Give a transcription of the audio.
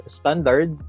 standard